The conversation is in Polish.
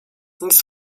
nic